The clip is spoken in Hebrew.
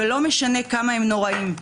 ולא משנה כמה הם נוראיים.